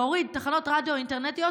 להוריד תחנות רדיו אינטרנטיות,